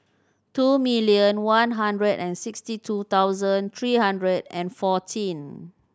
two million one hundred and sixty two thousand three hundred and fourteen